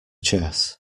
chess